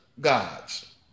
gods